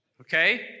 Okay